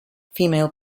female